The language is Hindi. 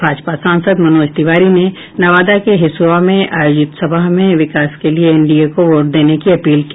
भाजपा सांसद मनोज तिवारी ने नवादा के हिसुआ में आयोजित सभा में विकास के लिये एनडीए को वोट देने की अपील की